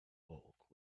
bulk